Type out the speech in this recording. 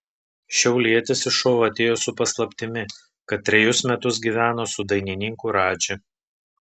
šiaulietis į šou atėjo su paslaptimi kad trejus metus gyveno su dainininku radži